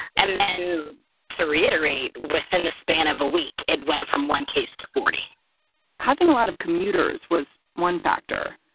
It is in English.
and then to reiterate, within the span of a week, it went from one case to forty point having a lot of commuters was one factor.